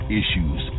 issues